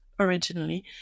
originally